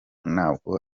nabwo